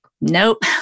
nope